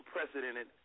unprecedented